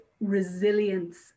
resilience